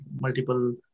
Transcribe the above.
multiple